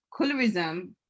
colorism